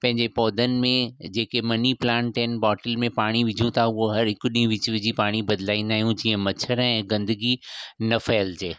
पंहिंजे पौधनि में जेके मनी प्लांट आहिनि बोटल में पाणी विझूं था उहो हर हिक ॾींहुं विझी विझी पाणी बदिलाईंदा आहियूं जीअं मच्छर ऐं गंदिगी न फहिलिजे